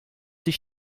sich